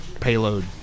payload